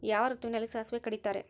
ಯಾವ ಋತುವಿನಲ್ಲಿ ಸಾಸಿವೆ ಕಡಿತಾರೆ?